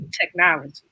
technology